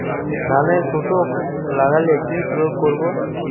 ধানের শোষক লাগলে কি প্রয়োগ করব?